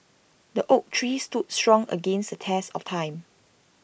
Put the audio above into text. the oak tree stood strong against the test of time